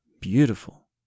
beautiful